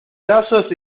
brazos